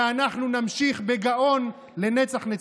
ואנחנו נמשיך בגאון לנצח נצחים.